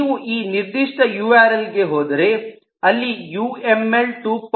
ನೀವು ಈ ನಿರ್ದಿಷ್ಟ ಯು ಆರ್ ಎಲ್ ಗೆ ಹೋದರೆ ಅಲ್ಲಿ ಯು ಎಂ ಎಲ್ 2